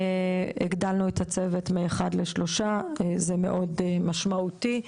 הגדלנו את הצוות מאחד לשלושה, זה מאוד משמעותי.